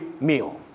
meal